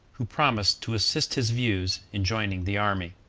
who promised to assist his views in joining the army.